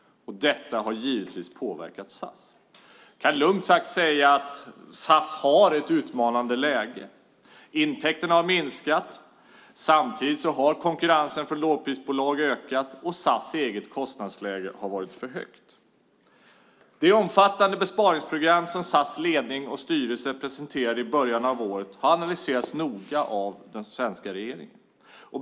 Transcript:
Detta har givetvis påverkat SAS. Det kan lugnt sägas att SAS har ett utmanande läge. Intäkterna har minskat. Samtidigt har konkurrensen från lågprisbolag ökat och SAS eget kostnadsläge har varit för högt. Det omfattande besparingsprogram som SAS ledning och styrelse presenterade i början av året har analyserats noga av den svenska regeringen.